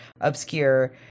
obscure